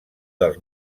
dels